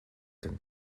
kan